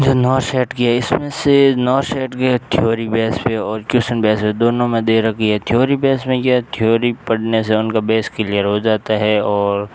जो नौ शेट की हैं इसमे से नौ शेट की थ्योरी बेस पर है और क्वेशन बेस है दोनों मे दी रखी है थ्योरी बेस मे यह थ्योरी पढ़ने से उनका बेस किलियर हो जाता है और